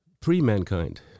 pre-mankind